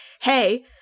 hey